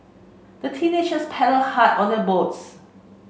the teenagers paddled hard on their boats